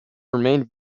remained